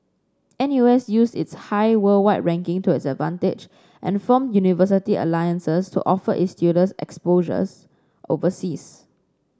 NU S used its high worldwide ranking to its advantage and formed university alliances to offer its students exposure overseas